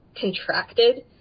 contracted